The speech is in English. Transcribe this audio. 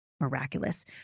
Miraculous